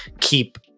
keep